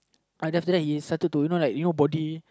uh then after he started to you know like you know body